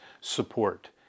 support